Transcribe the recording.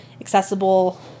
accessible